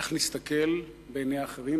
איך נסתכל בעיני אחרים?